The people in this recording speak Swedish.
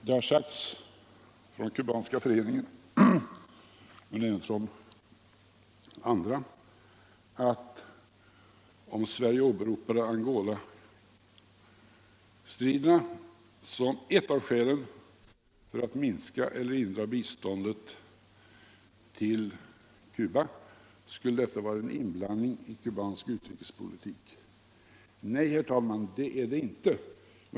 Det har sagts av den kubanska föreningen men även av andra att om Sverige åberopar Angolastriderna som ett av skälen för att minska eller hindra biståndet till Cuba skulle detta vara en inblandning i den kubanska utrikespolitiken. Nej, herr talman, det är det inte.